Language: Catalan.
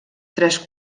tres